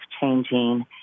changing